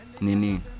Nini